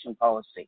policy